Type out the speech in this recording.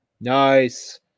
Nice